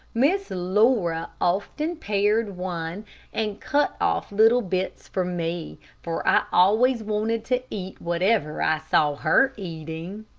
miss laura often pared one and cut off little bits for me, for i always wanted to eat whatever i saw her eating.